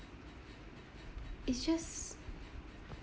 is just